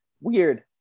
Weird